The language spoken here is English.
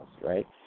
right